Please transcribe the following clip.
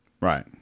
Right